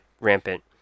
rampant